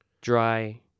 dry